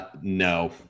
No